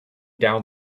down